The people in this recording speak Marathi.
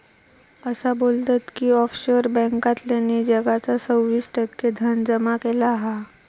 असा बोलतत की ऑफशोअर बॅन्कांतल्यानी जगाचा सव्वीस टक्के धन जमा केला हा